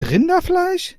rinderfleisch